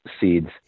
seeds